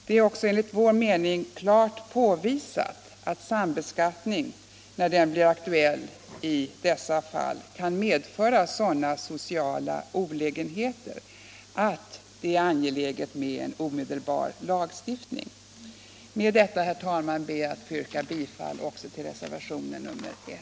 Det är också enligt vår mening klart påvisat att sambeskattning, när den blir aktuell i dessa fall, kan medföra sådana sociala olägenheter att det är angeläget med en omedelbar lagstiftning. Med detta, herr talman, ber jag att få yrka bifall också till reservationen 1.